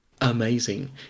amazing